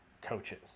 coaches